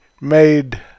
made